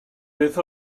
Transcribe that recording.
beth